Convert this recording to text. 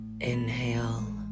inhale